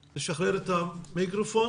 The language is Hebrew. כן,